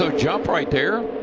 so jump right there.